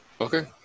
Okay